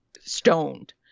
stoned